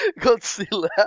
Godzilla